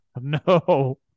No